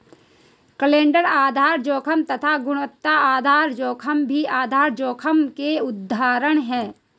calendar आधार जोखिम तथा गुणवत्ता आधार जोखिम भी आधार जोखिम के उदाहरण है